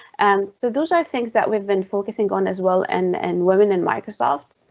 and so those are things that we've been focusing on as well. an and women in microsoft.